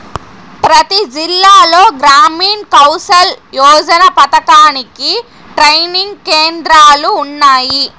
ప్రతి జిల్లాలో గ్రామీణ్ కౌసల్ యోజన పథకానికి ట్రైనింగ్ కేంద్రాలు ఉన్నాయి